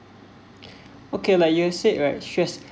okay like you said rights stress